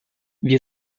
wie